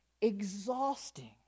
exhausting